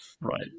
Right